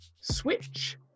Switch